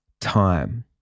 time